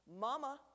Mama